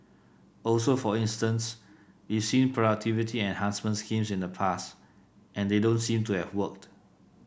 also for instance we've seen productivity enhancement schemes in the past and they don't seem to have worked